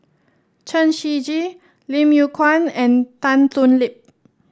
Chen Shiji Lim Yew Kuan and Tan Thoon Lip